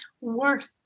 worth